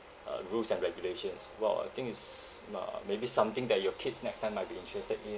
uh rules and regulations while I think it's m~ uh maybe something that your kids next time might be interested in